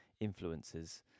influences